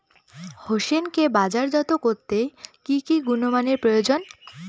হোসেনকে বাজারজাত করতে কি কি গুণমানের প্রয়োজন?